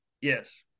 Yes